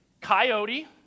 coyote